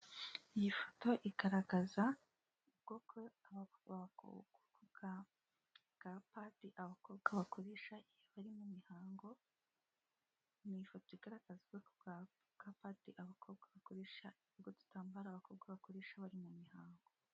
Iyi foto igaragaza ubwoko bwa padi abakobwa bakoresha iyi bari mu mihango. Ni ifoto igaragaza ubwoko bwa padi abakobwa bakoresha bw'udutambaro abakobwa bakoresha bari mu mihango.